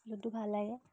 ludo ভাল লাগে